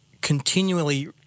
continually